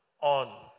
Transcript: on